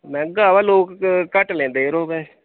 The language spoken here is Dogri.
मैंह्गा बा लोग घट्ट लैंदे जरो भैं